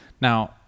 Now